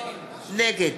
נגד